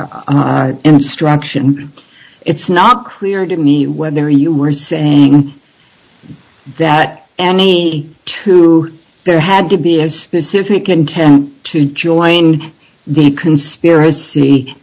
can't instruction it's not clear to me whether you were saying that an e two there had to be has specific intent to join the conspiracy